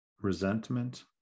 resentment